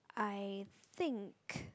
I think